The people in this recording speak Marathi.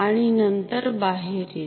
आणि नंतर बाहेर येते